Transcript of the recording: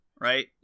right